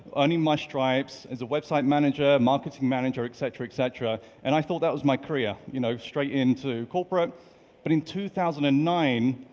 earning my stripes as a website manager, marketing manager, etc. etc. and i thought that was my career, you know, straight into corporate but in two thousand and nine,